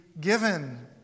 given